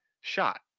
shot